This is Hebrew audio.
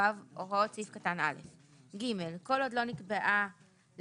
וגם עכשיו זה לא מנומק.